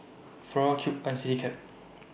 Flora Cube I Citycab